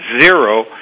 zero